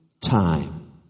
time